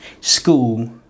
school